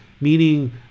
meaning